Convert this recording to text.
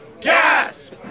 Gasp